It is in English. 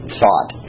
thought